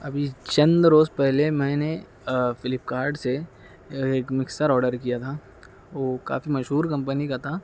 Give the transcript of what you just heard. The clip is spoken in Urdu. ابھی چند روز پہلے میں نے فلپکارٹ سے ایک مکسر آرڈر کیا تھا وہ کافی مشہور کمپنی کا تھا